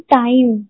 time